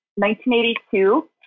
1982